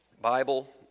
Bible